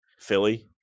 Philly